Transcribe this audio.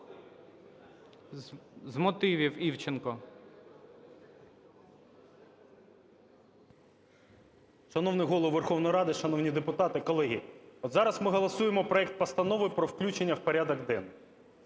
З мотивів – Івченко.